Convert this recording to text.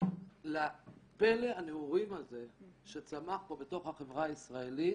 לפלא הנעורים הזה שצמח פה בתוך החברה הישראלית